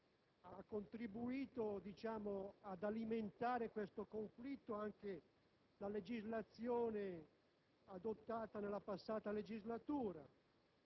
Mani Pulite, il rapporto tra la magistratura e la politica è diventato più conflittuale